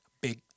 big